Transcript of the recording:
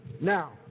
Now